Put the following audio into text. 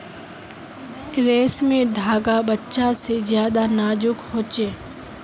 रेसमर धागा बच्चा से ज्यादा नाजुक हो छे